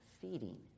feeding